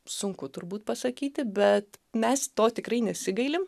sunku turbūt pasakyti bet mes to tikrai nesigailim